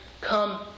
come